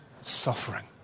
suffering